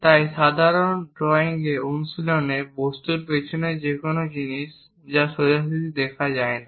তাই সাধারণত ড্রয়িং অনুশীলনে বস্তুর পিছনে যে কোনও জিনিস যা সোজাসুজি দেখা যায় না